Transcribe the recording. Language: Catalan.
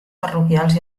parroquials